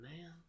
man